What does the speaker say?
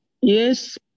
Yes